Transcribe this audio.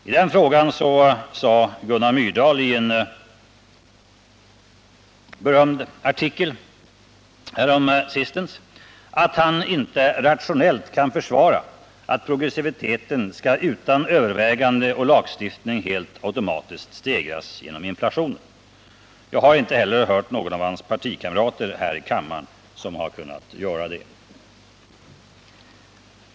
I den frågan sade Gunnar Myrdal i en uppmärksammad artikel häromsistens, att han inte ”rationellt kan försvara att progressiviteten skall, utan övervägande och lagstiftning, helt automatiskt stegras genom inflationen”. Jag har inte heller hört någon av hans partivänner här i kammaren som har kunnat göra det.